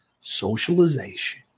Socialization